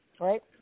right